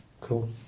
Cool